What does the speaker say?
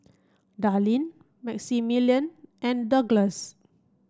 Darlene Maximillian and Douglass